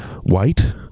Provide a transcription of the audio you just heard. White